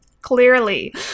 Clearly